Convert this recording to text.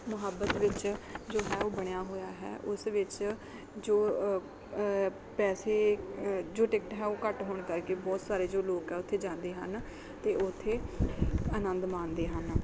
ਮੁਹੱਬਤ ਵਿੱਚ ਜੋ ਹੈ ਉਹ ਬਣਿਆ ਹੋਇਆ ਹੈ ਉਸ ਵਿੱਚ ਜੋ ਪੈਸੇ ਜੋ ਟਿਕਟ ਹੈ ਉਹ ਘੱਟ ਹੋਣ ਕਰਕੇ ਬਹੁਤ ਸਾਰੇ ਜੋ ਲੋਕ ਹੈ ਉੱਥੇ ਜਾਂਦੇ ਹਨ ਅਤੇ ਉੱਥੇ ਅਨੰਦ ਮਾਣਦੇ ਹਨ